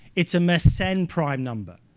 it's a mersenne prime number.